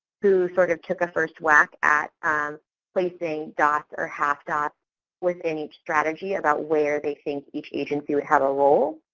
who sort of took a first whack at placing dots or half dots within each strategy about where they think each agency would have a role,